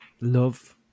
love